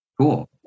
Cool